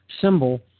symbol